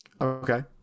Okay